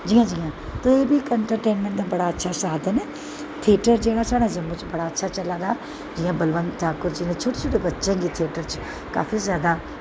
जि'यां जि'यां ते एह् बी इंट्रटेनमैंट दा बड़ा अच्छा इक साधन ऐ थियेटर जेह्ड़ा साढ़ा जम्मू च बड़ा अच्छा चला दा ऐ जि'यां बलबंत ठाकुर जी नै शोटे शोटे बच्चे थियेटर च काफी जैदा